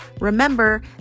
Remember